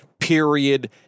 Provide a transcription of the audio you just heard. Period